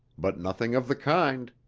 but nothing of the kind.